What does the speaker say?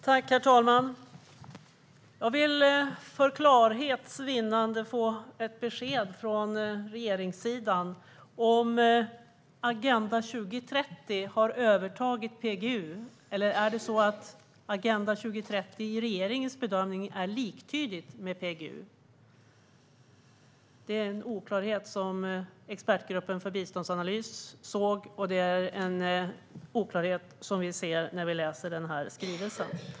Herr talman! Jag vill för klarhets vinnande få ett besked från regeringssidan om Agenda 2030 har övertagit PGU. Eller är det så att Agenda 2030 enligt regeringens bedömning är liktydigt med PGU? Det är en oklarhet som Expertgruppen för biståndsanalys såg och som vi ser när vi läser skrivelsen.